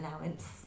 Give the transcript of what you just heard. allowance